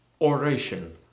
Oration